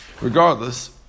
regardless